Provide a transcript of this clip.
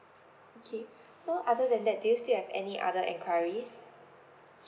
okay so other than that do you still have any other enquiries